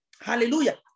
hallelujah